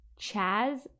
Chaz